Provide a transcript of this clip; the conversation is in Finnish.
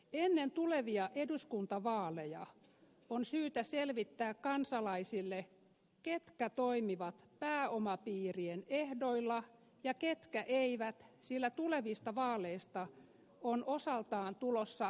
ennen tulevia eduskuntavaaleja on syytä selvittää kansalaisille ketkä toimivat pääomapiirien ehdoilla ja ketkä eivät sillä tulevista vaaleista on osaltaan tulossa verovaalit